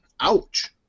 Ouch